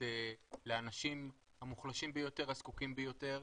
לאנשים המוחלשים ביותר הזקוקים ביותר.